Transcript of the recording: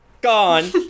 gone